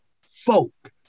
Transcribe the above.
folk